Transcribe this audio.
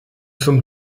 zum